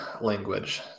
language